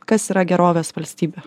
kas yra gerovės valstybė